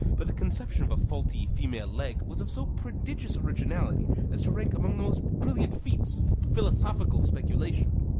but the conception of a faulty female leg was of so prodigious originality as to rank among the most brilliant feats of philosophical speculation!